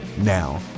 Now